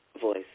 voice